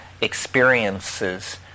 experiences